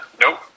Nope